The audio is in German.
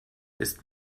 ist